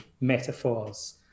metaphors